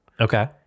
Okay